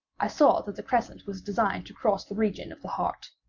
i saw that the crescent was designed to cross the region of the heart.